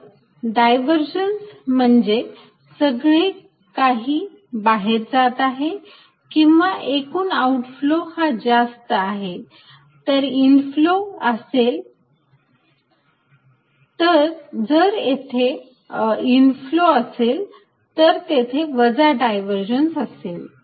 तर डायव्हरजन्स म्हणजे सगळे काही बाहेर जात आहे किंवा एकूण आऊट फ्लो हा जास्त आहे जर तेथे इन फ्लो असेल तर तेथे वजा डायव्हरजन्स असेल